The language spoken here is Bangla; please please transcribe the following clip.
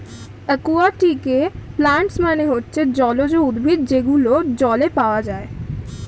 একুয়াটিকে প্লান্টস মানে হচ্ছে জলজ উদ্ভিদ যেগুলো জলে পাওয়া যায়